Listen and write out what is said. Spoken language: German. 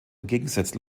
entgegengesetzt